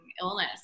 illness